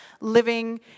living